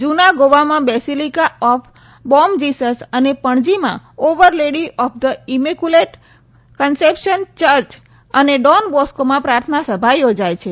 જૂના ગોવામાં Basilica of Bom Jesus અને પણજીમાં Our Lady of the Immaculate Conception church અને ડોન બોસ્કોમાં પ્રાર્થના સભા યોજાય છે